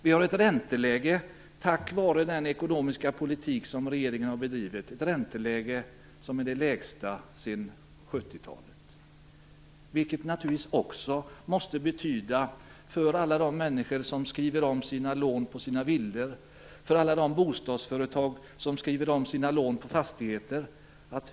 Vi har, tack vare den ekonomiska politik som regeringen har bedrivit, ett ränteläge som är det lägsta sedan 70-talet, vilket naturligtvis också måste ha betydelse för alla de människor som skriver om lånen på sina villor och för alla de bostadsföretag som skriver om sina lån på fastigheter.